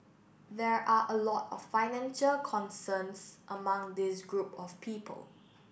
there are a lot of financial concerns among this group of people